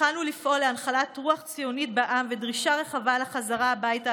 התחלנו לפעול להנחלת רוח ציונית בעם ודרישה רחבה לחזרה הביתה,